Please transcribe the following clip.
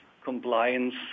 compliance